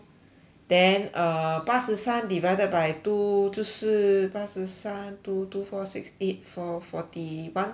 then err 八十三 divided by two 就是八十三 two two four six eight four forty one times